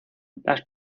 las